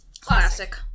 Classic